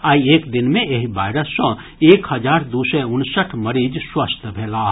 आइ एक दिन मे एहि वायरस सँ एक हजार दू सय उनसठि मरीज स्वस्थ भेलाह